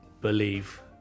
believe